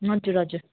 हजुर हजुर